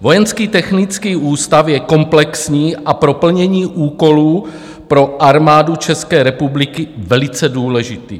Vojenský technický ústav je komplexní a pro plnění úkolů pro Armádu České republiky velice důležitý.